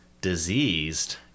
diseased